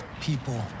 people